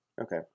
Okay